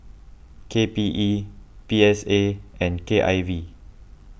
K P E P S A and K I V